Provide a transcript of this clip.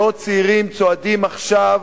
מאות צעירים צועדים עכשיו